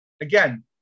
Again